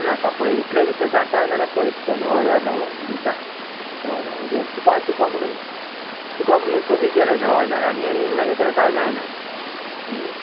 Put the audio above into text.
नाका पळय इतले भितर जाता जाल्यार पळय तुका णव हजार दिता णव हजार तुका तुका म्हणून तुका म्हणून कमी केलें णव हजार आनी आनी म्हाजे कडेन कांय जायना